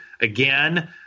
again